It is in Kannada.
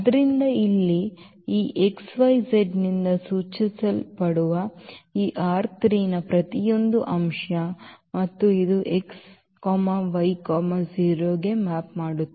ಆದ್ದರಿಂದ ಇಲ್ಲಿ ಈ x y z ನಿಂದ ಸೂಚಿಸಲ್ಪಡುವ ಈ ನ ಪ್ರತಿಯೊಂದು ಅಂಶ ಮತ್ತು ಇದು x y 0 ಗೆ ಮ್ಯಾಪ್ ಮಾಡುತ್ತದೆ